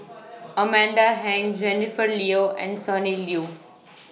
Amanda Heng Jennifer Liew and Sonny Liew